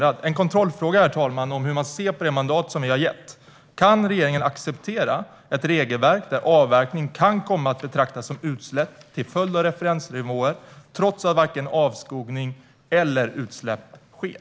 Låt mig ställa en kontrollfråga, herr talman, om hur man ser på det mandat som vi har gett: Kan regeringen acceptera ett regelverk där avverkning kan komma att betraktas som utsläpp till följd av referensnivåer trots att vare sig avskogning eller utsläpp sker?